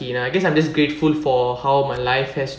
I guess I'm just grateful for how my life has